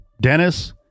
Dennis